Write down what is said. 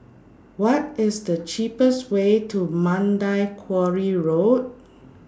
What IS The cheapest Way to Mandai Quarry Road